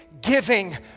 giving